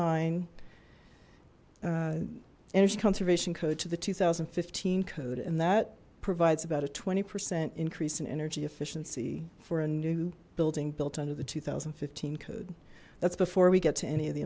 nine energy conservation code to the two thousand and fifteen code and that provides about a twenty percent increase in energy efficiency for a new building built under the two thousand and fifteen code that's before we get to any of the